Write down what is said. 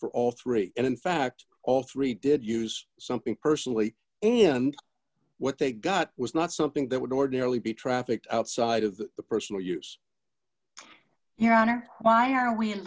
for all three and in fact all three did use something personally and what they got was not something that would ordinarily be trafficked outside of the personal use your honor why are we